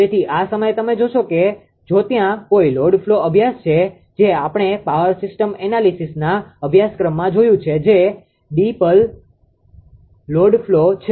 તેથી આ સમયે તમે જોશો કે જો ત્યાં કોઈ લોડ ફ્લો અભ્યાસ છે જે આપણે પાવર સિસ્ટમ એનાલિસીસના અભ્યાસક્રમમાં જોયું છે કે જે ડીકપલ લોડ ફ્લો છે